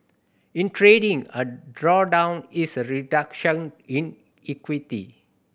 in trading a drawdown is a reduction in equity